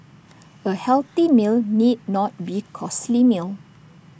A healthy meal need not be costly meal